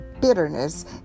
bitterness